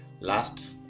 Last